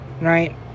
Right